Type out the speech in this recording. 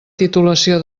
titulació